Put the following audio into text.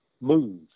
move